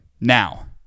Now